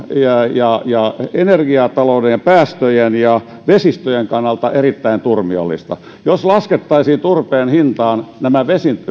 energiatalouden päästöjen ja vesistöjen kannalta erittäin turmiollista jos laskettaisiin turpeen hintaan nämä